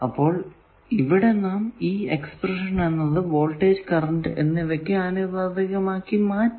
അപ്പോൾ ഇവിടെ നാം ഈ എക്സ്പ്രെഷൻ വോൾടേജ് കറന്റ് എന്നിവക്ക് ആനുപാതികമാക്കി മാറ്റി